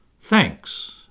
Thanks